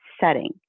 setting